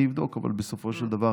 אני אבדוק, אבל בסופו של דבר